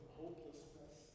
hopelessness